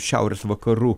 šiaurės vakarų